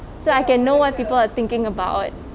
so I can know what people are thinking about